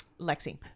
Lexi